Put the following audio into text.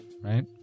right